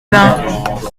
bains